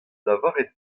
lavaret